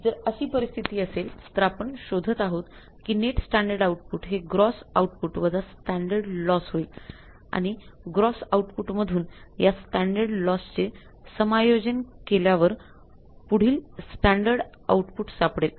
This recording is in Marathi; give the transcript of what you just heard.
जर अशी परिस्थिती असेल तर आपण शोधत आहोत की नेट स्टँडर्ड आउटपुट हे ग्रॉस आउटपुट वजा स्टँडर्ड लॉस होईल आणि ग्रँड आउटपुटमधून या स्टँडर्ड लॉसचे समायोजन केल्यावर पुढील स्टँडर्ड आउटपुट सापडेल